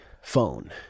phone